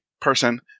person